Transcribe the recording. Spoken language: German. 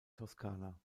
toskana